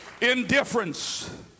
indifference